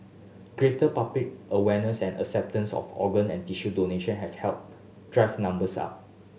greater public awareness and acceptance of organ and tissue donation have helped drive numbers up